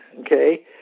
okay